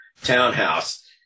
townhouse